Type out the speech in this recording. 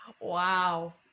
Wow